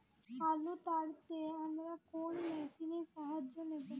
আলু তাড়তে আমরা কোন মেশিনের সাহায্য নেব?